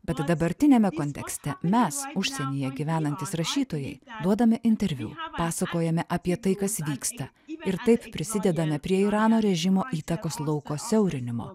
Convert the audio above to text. bet dabartiniame kontekste mes užsienyje gyvenantys rašytojai duodame interviu pasakojame apie tai kas vyksta ir taip prisidedame prie irano režimo įtakos lauko siaurinimo